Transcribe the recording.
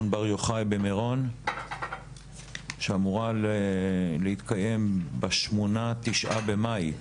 בר יוחאי במירון שאמורה להתקיים ב-8 9 במאי.